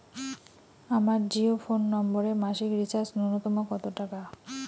আমার জিও ফোন নম্বরে মাসিক রিচার্জ নূন্যতম কত টাকা?